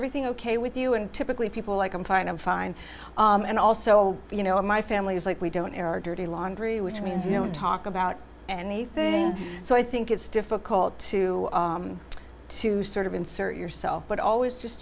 everything ok with you and typically people like i'm part of find and also you know my family is like we don't air our dirty laundry which means you know talk about anything so i think it's difficult to to sort of insert yourself but always just